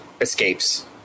escapes